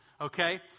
okay